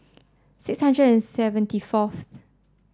six hundred and seventy fourth